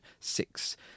six